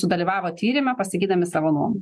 sudalyvavo tyrime pasakydami savo nuomonę